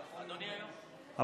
התשפ"ג 2022. הצבעה,